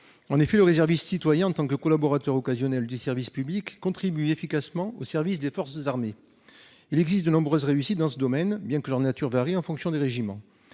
En effet, le réserviste citoyen, en tant que collaborateur occasionnel du service public contribue efficacement au service des forces armées. Il existe de nombreuses réussites dans ce domaine. Bien que leur nature varie en fonction des régiments